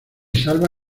salva